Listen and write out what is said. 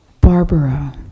Barbara